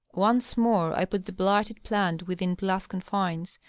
once more i put the blighted plant within glass confines,